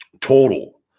total